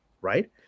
Right